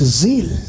zeal